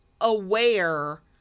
aware